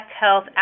health